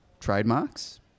trademarks